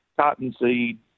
cottonseed